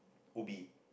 Ubi